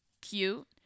cute